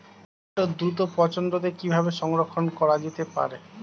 টমেটোর দ্রুত পচনরোধে কিভাবে সংরক্ষণ করা যেতে পারে?